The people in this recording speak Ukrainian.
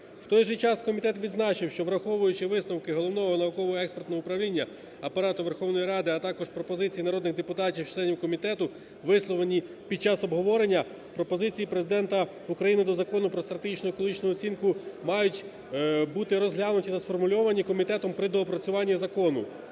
В той же час комітет відзначив, що враховуючи висновки Головного науково-експертного управління Апарату Верховної Ради України, а також пропозиції народних депутатів членів комітету, висловлені під час обговорення, пропозиції Президента України до Закону про стратегічну екологічну оцінку мають бути розглянуті та сформульовані комітетом при доопрацюванні закону.